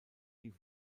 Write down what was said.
die